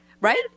right